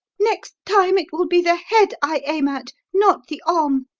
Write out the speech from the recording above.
next time it will be the head i aim at, not the arm!